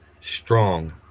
Strong